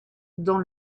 dans